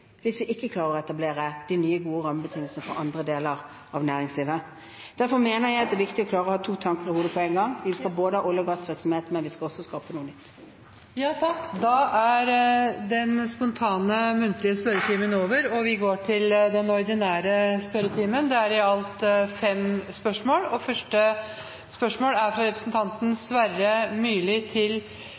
hvis vi ikke klarer å etablere de nye, gode rammebetingelsene for andre deler av næringslivet. Derfor mener jeg det er viktig å klare å ha to tanker i hodet på én gang: Vi skal ha olje- og gassvirksomhet, men vi skal også skape noe nytt. Da er den muntlige spørretimen over. Det blir én endring i den oppsatte spørsmålslisten. Den foreslåtte endringen foreslås godkjent. – Det anses vedtatt. Endringen var som følger: Spørsmål 1, fra representanten Sverre Myrli til